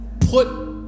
Put